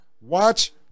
Watch